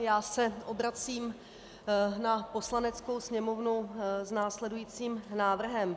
Já se obracím na Poslaneckou sněmovnu s následujícím návrhem.